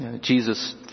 Jesus